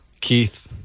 Keith